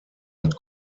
hat